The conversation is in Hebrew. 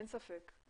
אין ספק.